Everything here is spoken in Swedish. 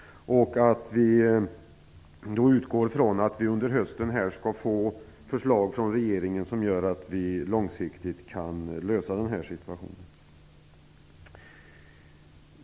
Då utgår vi ifrån att det under hösten skall komma förslag från regeringen som gör att man långsiktigt kan lösa situationen.